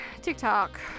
TikTok